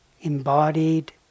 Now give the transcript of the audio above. embodied